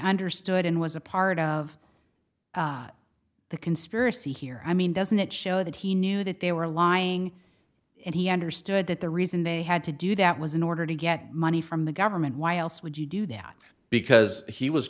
understood and was a part of the conspiracy here i mean doesn't it show that he knew that they were lying and he understood that the reason they had to do that was in order to get money from the government whilst would you do that because he was